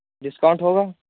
discount ہوگا